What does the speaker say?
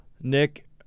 Nick